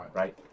right